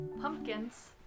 pumpkins